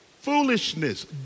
Foolishness